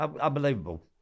Unbelievable